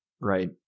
right